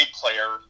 player